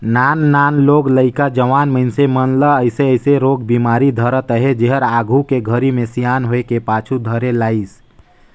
नान नान लोग लइका, जवान मइनसे मन ल अइसे अइसे रोग बेमारी धरत अहे जेहर आघू के घरी मे सियान होये पाछू धरे लाइस